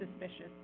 suspicious